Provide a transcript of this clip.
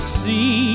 see